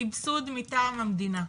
סבסוד מטעם המדינה.